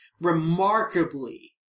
remarkably